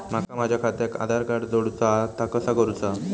माका माझा खात्याक आधार कार्ड जोडूचा हा ता कसा करुचा हा?